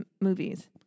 movies